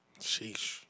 Sheesh